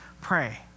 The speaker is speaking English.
Pray